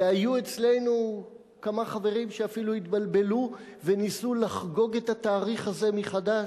והיו אצלנו כמה חברים שאפילו התבלבלו וניסו לחגוג את התאריך הזה מחדש,